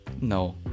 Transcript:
No